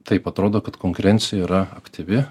taip atrodo kad konkurencija yra aktyvi